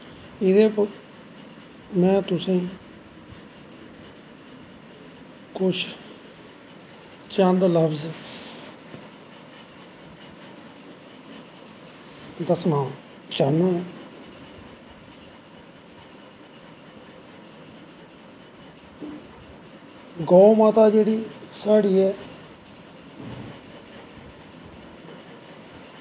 एह्दे पर में तुसेंगी कुश चंद लफ्ज दस्सना चाह्न्ना ऐं गौ माता जेह्ड़ी साढ़ी ऐ